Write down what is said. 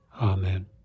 Amen